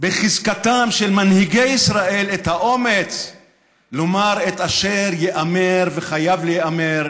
בחזקתם של מנהיגי ישראל את האומץ לומר את אשר ייאמר וחייב להיאמר,